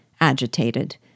agitated